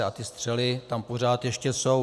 A ty střely tam pořád ještě jsou.